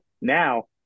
Now